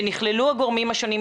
שנכללו הגורמים השונים,